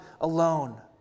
alone